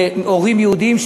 על-ידי הורים יהודים,